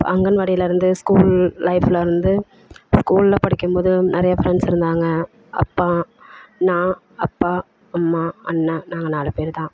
அங்கன்வாடிலேருந்து school லைஃப்லேருந்து ஸ்கூலில் படிக்கும்போது நிறையா ஃப்ரெண்ட்ஸ் இருந்தாங்க அப்பா நான் அப்பா அம்மா அண்ணன் நாங்கள் நாலு பேர் தான்